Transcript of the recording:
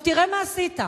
תראה מה עשית,